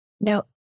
Now